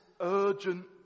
urgent